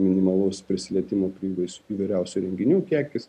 minimalaus prisilietimo prie įvairiausių įrenginių kiekis